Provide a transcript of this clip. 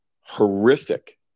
horrific